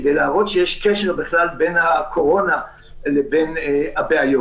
כדי להראות שיש קשר בין הקורונה לבין הבעיות.